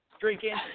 Drinking